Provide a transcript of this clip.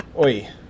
Oi